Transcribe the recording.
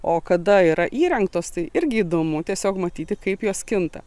o kada yra įrengtos tai irgi įdomu tiesiog matyti kaip jos kinta